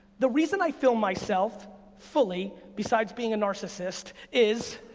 the reason i film myself fully, besides being a narcissist is